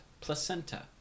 placenta